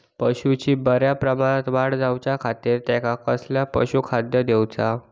पशूंची बऱ्या प्रकारे वाढ जायच्या खाती त्यांका कसला पशुखाद्य दिऊचा?